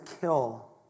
kill